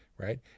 Right